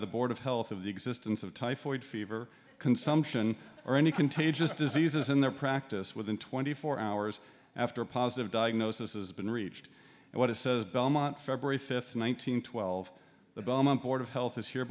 the board of health of the existence of typhoid fever consumption or any contagious diseases in their practice within twenty four hours after a positive diagnosis has been reached and what it says belmont february fifth one nine hundred twelve the board of health is here